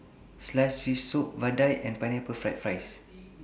Sliced Fish Soup Vadai and Pineapple Fried Rice